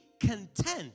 content